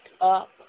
up